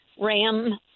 Ram